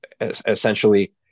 essentially